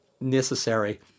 necessary